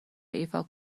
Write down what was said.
ایفا